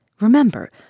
Remember